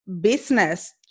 business